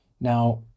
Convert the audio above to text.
Now